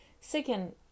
second